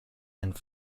and